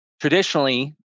Traditionally